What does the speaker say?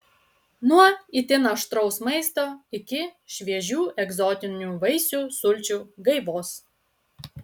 nuo itin aštraus maisto iki šviežių egzotinių vaisių sulčių gaivos